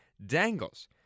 Dangles